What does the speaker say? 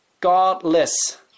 godless